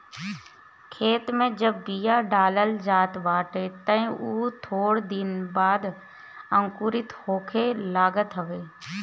खेते में जब बिया डालल जात बाटे तअ उ थोड़ दिन बाद अंकुरित होखे लागत हवे